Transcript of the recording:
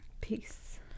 Peace